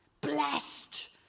blessed